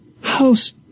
House